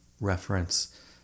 reference